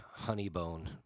Honeybone